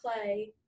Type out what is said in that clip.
play